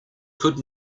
could